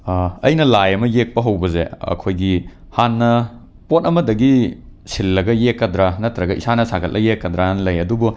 ꯑꯩꯅ ꯂꯥꯏ ꯑꯃ ꯌꯦꯛꯄ ꯍꯧꯕꯁꯦ ꯑꯩꯈꯣꯏꯒꯤ ꯍꯥꯟꯅ ꯄꯣꯠ ꯑꯃꯗꯒꯤ ꯁꯤꯜꯂꯒ ꯌꯦꯛꯀꯗ꯭ꯔꯥ ꯅꯠꯇ꯭ꯔꯒ ꯏꯁꯥꯅ ꯁꯥꯒꯠꯂꯒ ꯌꯦꯛꯀꯗ꯭ꯔꯥꯅ ꯂꯩ ꯑꯗꯨꯕꯨ